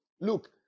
Look